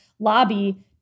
Lobby